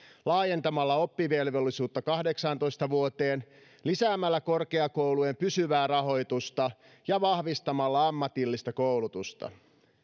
laajentamalla oppivelvollisuutta kahdeksaantoista vuoteen lisäämällä korkeakoulujen pysyvää rahoitusta ja vahvistamalla ammatillista koulutusta